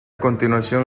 continuación